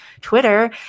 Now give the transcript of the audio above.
Twitter